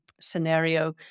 scenario